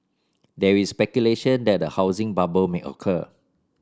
there is speculation that a housing bubble may occur